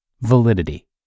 validity